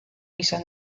izan